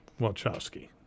Wachowski